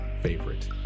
favorite